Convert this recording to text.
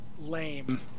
lame